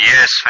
Yes